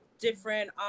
Different